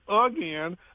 again